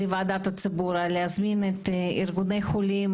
וגם להזמין ארגוני חולים,